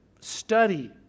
study